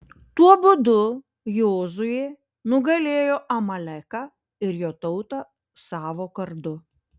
tuo būdu jozuė nugalėjo amaleką ir jo tautą savo kardu